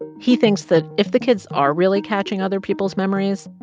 he thinks that if the kids are really catching other people's memories,